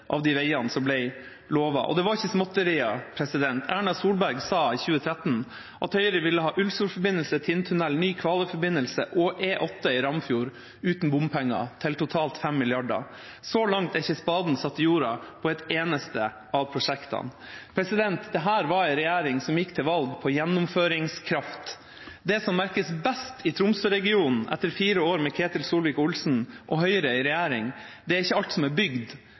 av de veiene som ble lovet. Det var ikke småtterier: Erna Solberg sa i 2013 at Høyre ville ha Ullsfjordforbindelse, Tindtunnel, ny Kvaløyforbindelse og E8 i Ramfjord uten bompenger til totalt 5 mrd. kr. Så langt er ikke spaden satt i jorda på ett eneste av prosjektene. Dette var en regjering som gikk til valg på gjennomføringskraft. Det som merkes best i Tromsø-regionen etter fire år med Ketil Solvik-Olsen og Høyre i regjering, er ikke alt som er bygd,